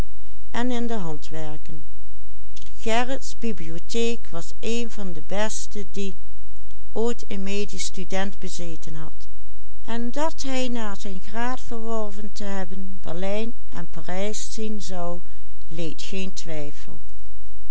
bibliotheek was een van de beste die ooit een medisch student bezeten had en dat hij na zijn graad verworven te hebben berlijn en parijs zien zou leed geen twijfel